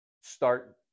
start